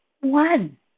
one